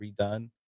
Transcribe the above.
redone